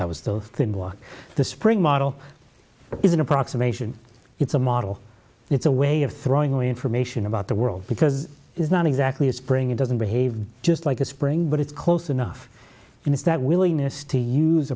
that was the clean walk the spring model is an approximation it's a model it's a way of throwing away information about the world because it's not exactly a spring it doesn't behave just like a spring but it's close enough and it's that willingness to use